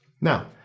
now